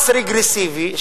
מס רגרסיבי,